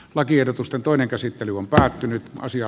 lakiehdotusten toinen käsittely on päättynyt ja